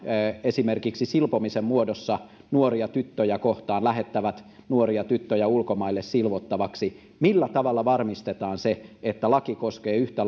esimerkiksi silpomisen muodossa nuoria tyttöjä kohtaan lähettävät nuoria tyttöjä ulkomaille silvottavaksi millä tavalla varmistetaan se että laki koskee yhtä